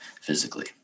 physically